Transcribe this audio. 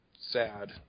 sad